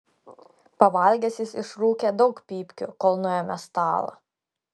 pavalgęs jis išrūkė daug pypkių kol nuėmė stalą